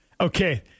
Okay